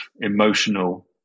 emotional